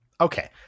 Okay